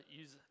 use